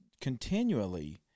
continually